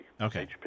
Okay